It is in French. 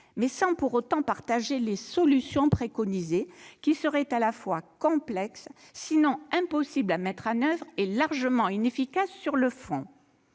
mais sans pour autant partager les solutions préconisées, qui seraient à la fois complexes, sinon impossibles à mettre à oeuvre, et largement inefficaces sur le fond.